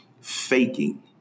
faking